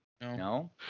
No